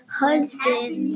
husband